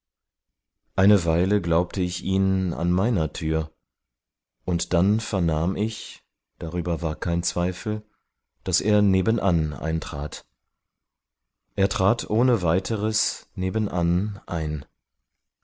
eine weile glaubte ich ihn an meiner tür und dann vernahm ich darüber war kein zweifel daß er nebenan eintrat er trat ohne weiteres nebenan ein